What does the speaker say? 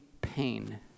pain